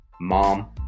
Mom